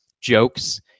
jokes